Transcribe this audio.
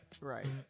right